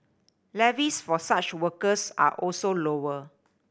levies for such workers are also lower